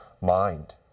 mind